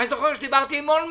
אני זוכר שדיברתי עם אולמרט